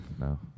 No